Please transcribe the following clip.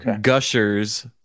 Gushers